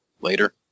later